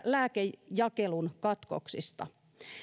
lääkejakelun katkoksista